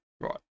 right